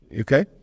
Okay